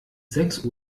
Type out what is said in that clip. sechs